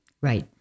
Right